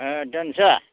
ओ दोनसै